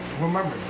remember